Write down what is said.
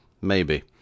maybe